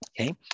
Okay